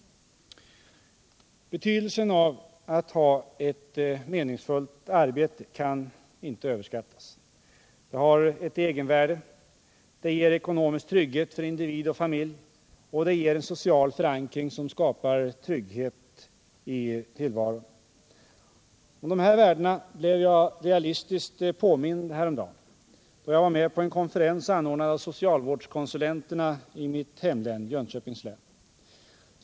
Betydelsen av att ha ett meningsfullt arbete kan inte överskattas. Det har ett egenvärde. Det ger ekonomisk trygghet för individ och familj. Och det ger en social förankring som skapar trygghet i tillvaron. Om dessa värden blev jag realistiskt påmind häromdagen, då jag var med på en konferens anordnad av socialvårdskonsulenterna i mitt hemlän, Jönköpings län.